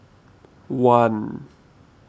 one